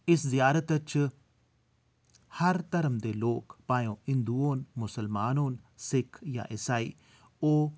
इस जियारत च हर धर्म दे लोक भाएं ओ हिंदू होन मुस्लमान होन सिक्ख जां ईसाई ओह्